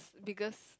biggest